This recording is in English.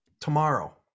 tomorrow